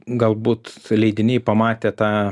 galbūt leidiniai pamatė tą